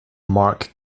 mark